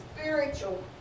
spiritual